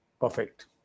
perfect